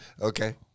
okay